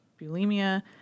bulimia